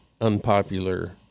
unpopular